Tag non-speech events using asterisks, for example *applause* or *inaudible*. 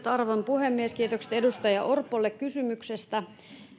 *unintelligible* arvon puhemies kiitokset edustaja orpolle kysymyksestä